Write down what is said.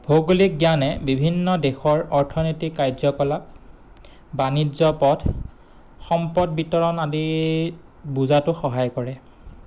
ভৌগোলিক জ্ঞানে বিভিন্ন দেশৰ অৰ্থনৈতিক কাৰ্যকলাপ বাণিজ্য পথ সম্পদ বিতৰণ আদি বুজাটো সহায় কৰে